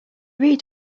read